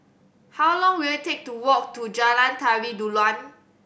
how long will it take to walk to Jalan Tari Dulang